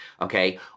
okay